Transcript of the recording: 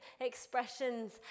expressions